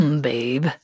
babe